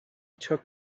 took